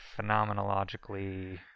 phenomenologically